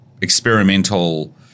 experimental